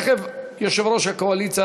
תכף ידבר יושב-ראש הקואליציה,